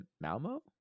Malmo